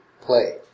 play